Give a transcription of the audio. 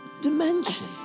dimension